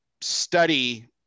study